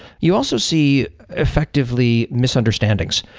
yu also see effectively misunderstandings.